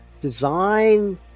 design